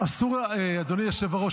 אדוני היושב-ראש,